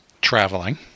traveling